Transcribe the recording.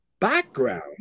background